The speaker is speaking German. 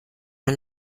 man